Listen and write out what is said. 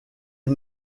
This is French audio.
est